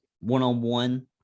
one-on-one